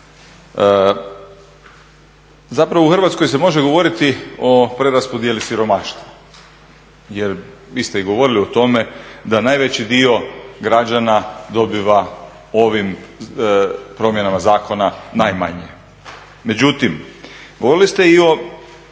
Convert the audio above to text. Zapravo u Hrvatskoj se može govoriti o preraspodjeli siromaštva. Jer vi ste i govorili o tome da najveći dio građana dobiva ovim promjenama zakona najmanje. Međutim, govorili ste i o